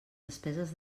despeses